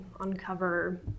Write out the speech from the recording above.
uncover